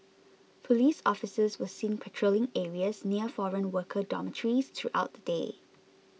police officers were seen patrolling areas near foreign worker dormitories throughout the day